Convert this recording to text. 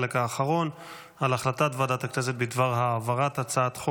להמליץ לכנסת להעביר את הצעת החוק